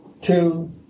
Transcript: two